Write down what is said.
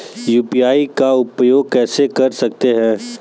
UPI का उपयोग कैसे कर सकते हैं?